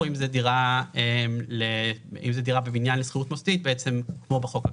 אם זו דירה בבניין לשכירות מוסדית כמו בחוק הקיים.